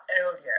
earlier